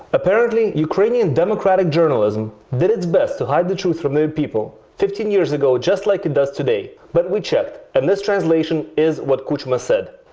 apparently ukrainian democratic journalism did its best to hide the truth from their people fifteen years ago just like it does today. but we checked, and this translation is what kuchma said.